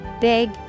Big